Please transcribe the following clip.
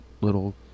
little